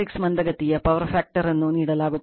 6 ಮಂದಗತಿಯ power factor ವನ್ನು ನೀಡಲಾಗುತ್ತದೆ